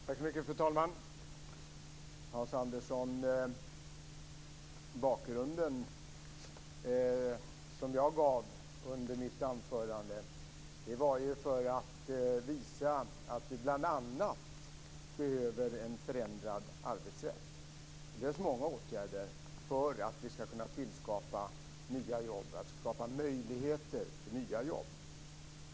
Fru talman! Hans Andersson! Den bakgrund som jag gav under mitt anförande var ju för att visa att vi bl.a. behöver en förändrad arbetsrätt. Det behövs många åtgärder för att vi skall kunna tillskapa nya jobb, skapa möjligheter för nya jobb.